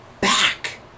back